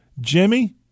Jimmy